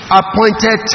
appointed